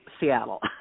Seattle